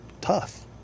tough